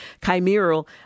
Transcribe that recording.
chimeral